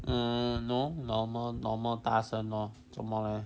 mm no normal normal 大声 lor 做么 leh